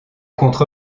contre